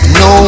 no